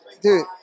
Dude